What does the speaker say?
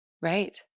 Right